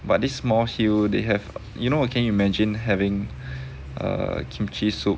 but this small hill they have you know you can you imagine having err kimchi soup